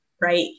right